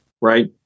right